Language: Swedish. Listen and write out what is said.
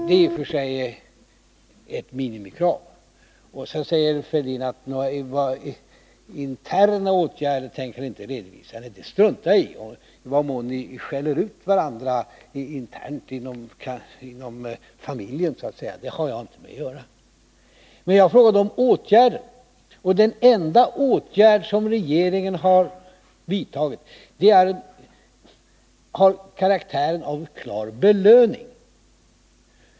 Det är i och för sig ett minimikrav. Sedan säger Thorbjörn Fälldin att han inte tänker redovisa några interna åtgärder. Men det struntar jagi. I vad mån ni skäller ut varandra internt inom familjen, så att säga, har jag inte med att göra. Men jag frågade om åtgärder. Och den enda åtgärd som regeringen har vidtagit har karaktären av en klar belöning.